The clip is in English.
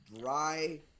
dry –